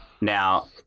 Now